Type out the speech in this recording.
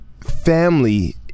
family